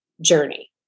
journey